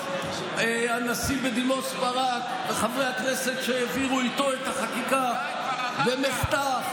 הנשיא בדימוס ברק וחברי הכנסת שהעבירו איתו את החקיקה במחטף,